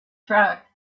track